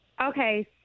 Okay